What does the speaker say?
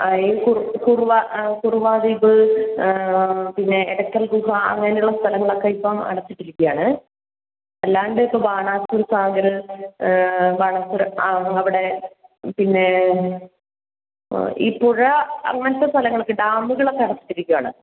ഈ കുറുവ കുറവാദ്വീപ് പിന്നെ എടക്കൽ ഗുഹ അങ്ങനെയുള്ള സ്ഥലങ്ങളൊക്കെ ഇപ്പം അടച്ചിട്ടിരിക്കുവാണ് അല്ലാതെ ഇപ്പം ബാണാസുര സാഗറ് ബാണാസുര അവിടെ പിന്നെ ഈ പുഴ അങ്ങനത്തെ സ്ഥലങ്ങളൊക്കെ ഡാമുകളൊക്കെ അടച്ചിട്ടിരിക്കുവാണ്